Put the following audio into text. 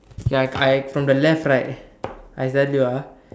ya I from the left right I tell you ah